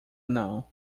não